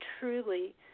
truly